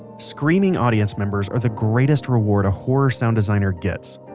screaming audience members are the greatest reward a horror sound designer gets,